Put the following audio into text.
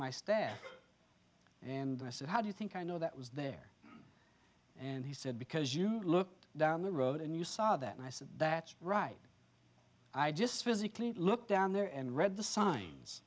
my stare and i said how do you think i know that was there and he said because you looked down the road and you saw that i said that right i just physically look down there and read the signs